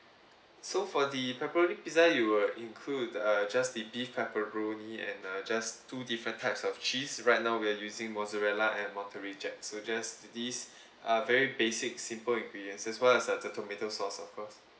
so for the pepperoni pizza you will include uh just the beef pepperoni and uh just two different types of cheese right now we are using mozzarella and monterey jack so just these uh very basic simple ingredients as well as uh the tomato sauce of course